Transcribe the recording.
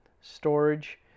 storage